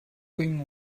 going